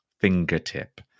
fingertip